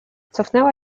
cofnęła